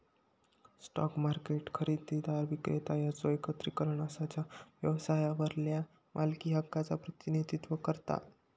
stock market ह्या खरेदीदार, विक्रेता यांचो एकत्रीकरण असा जा व्यवसायावरल्या मालकी हक्कांचा प्रतिनिधित्व करता